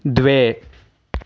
द्वे